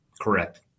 correct